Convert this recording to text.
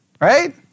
right